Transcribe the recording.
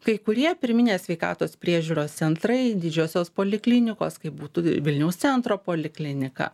kai kurie pirminės sveikatos priežiūros centrai didžiosios poliklinikos kaip būtų vilniaus centro poliklinika